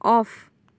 off